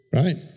right